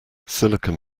silicon